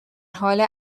حال